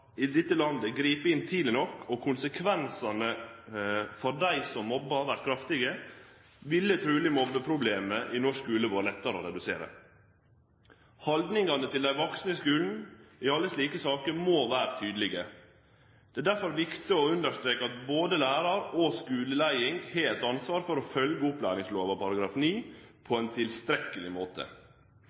i dette landet grip inn tidleg nok og konsekvensane for dei som mobbar vert kraftige, ville truleg mobbeproblemet i norsk skule vore lettare å redusere. Haldningane til dei vaksne i skulen må i alle slike saker vere tydelege. Det er derfor viktig å understreke at både lærar og skuleleiing har ansvar for å følgje opplæringslova § 9 på ein tilstrekkeleg måte.